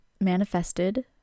manifested